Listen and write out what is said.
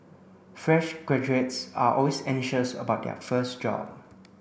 fresh graduates are always anxious about their first job